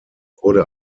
wurde